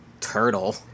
turtle